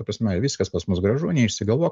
ta prasme viskas pas mus gražu neišsigalvok